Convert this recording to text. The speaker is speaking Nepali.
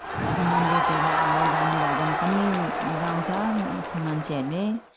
मन्दिरतिर अब गानभजन पनि गाउँछ मान्छेहरूले